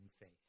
faith